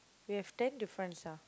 we have ten difference ah